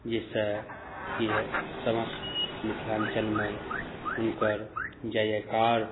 जाहिसँ की हैत समस्त मिथिलाञ्चलमऽ हुनकर जय जयकार